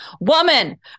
woman